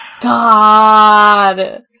God